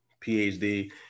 PhD